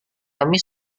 kami